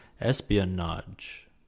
espionage